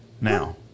Now